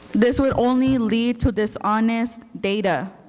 this would only lead to dishonest data.